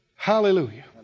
Hallelujah